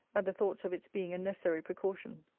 at the thoughts of its being a necessary precaution.